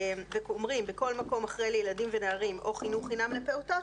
ואומרים בכל מקום אחרי 'לילדים ולנערים' 'או חינוך חינם לפעוטות',